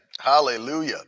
hallelujah